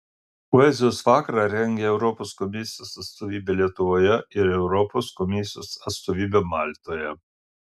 poezijos vakarą rengia europos komisijos atstovybė lietuvoje ir europos komisijos atstovybė maltoje